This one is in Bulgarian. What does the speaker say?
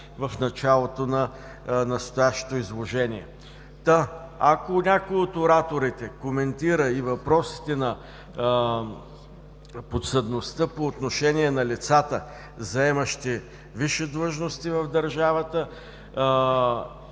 в началото на настоящото изложение. Ако някой от ораторите коментира и въпросите на подсъдността по отношение на лицата, заемащи висши длъжности в държавата